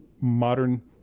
modern